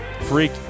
freak